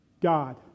God